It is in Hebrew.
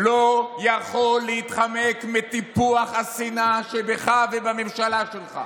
אתה לא יכול להתחמק מטיפוח השנאה שבך ובממשלה שלך.